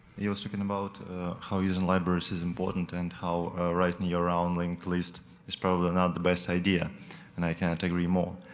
he was talking about how using libraries is important and how writing yeah around linked list is probably not the best idea and i can't agree more,